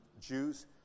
Jews